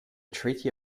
treaty